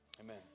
amen